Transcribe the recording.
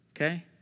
Okay